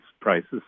prices